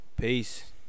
peace